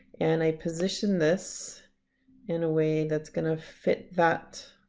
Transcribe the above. and i position this in a way that's gonna fit that